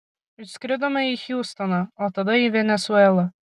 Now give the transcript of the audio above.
išskridome į hjustoną o tada į venesuelą